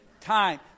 time